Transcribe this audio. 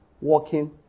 walking